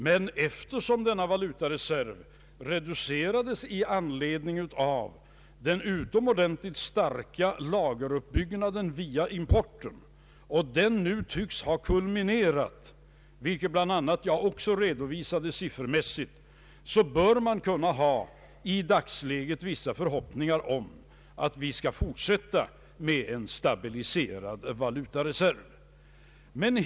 Men eftersom denna valutareserv reducerades på grund av den utomordentligt starka lageruppbyggnaden via importen och den nu tycks ha kulminerat, vilket jag bl.a. också redovisade siffermässigt, bör man i dagsläget kunna hysa vissa förhoppningar om att vi skall kunna ha en stabiliserad valutareserv även i fortsättningen.